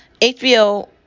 HBO